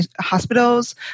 hospitals